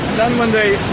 when they